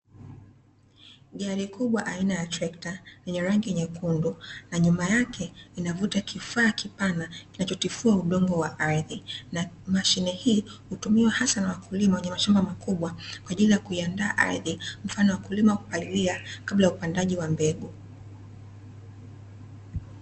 Gari kubwa aina ya trekta lenye rangi nyekundu na nyuma yake linavuta kifaa kipana kinachotifua udongo wa ardhi, na mashine hii hutumiwa hasa na wakulima wenye mashamba makubwa kwaajili ya kuandaa ardhi mfano wa kulima au kupalilia kabla ya upandaji wa mbegu.